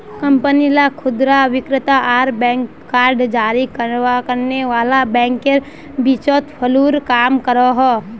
company ला खुदरा विक्रेता आर बैंक कार्ड जारी करने वाला बैंकेर बीचोत पूलेर काम करोहो